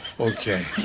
Okay